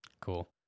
Cool